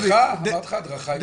הדרכה, אמרתי לך הדרכה ובטיחות.